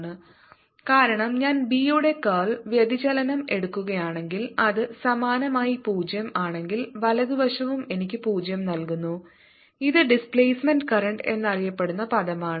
× BμJconduction00E∂t കാരണം ഞാൻ ബി യുടെ കർൾ വ്യതിചലനം എടുക്കുകയാണെങ്കിൽ അത് സമാനമായി 0 ആണെങ്കിൽ വലതുവശവും എനിക്ക് 0 നൽകുന്നു ഇത് ഡിസ്പ്ലേസ്മെന്റ് കറന്റ് എന്നറിയപ്പെടുന്ന പദമാണ്